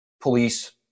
police